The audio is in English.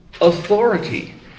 authority